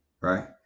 right